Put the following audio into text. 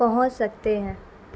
پہنچ سکتے ہیں